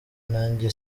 nanjye